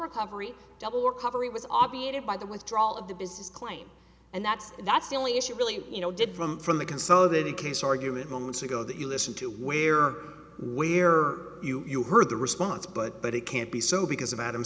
recovery double or cover it was obviated by the withdrawal of the business claim and that's that's the only issue really you know did from from the consolidated case argument moments ago that you listen to where where you heard the response but but it can't be so because